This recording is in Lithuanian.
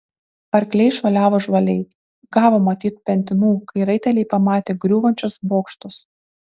arkliai šuoliavo žvaliai gavo matyt pentinų kai raiteliai pamatė griūvančius bokštus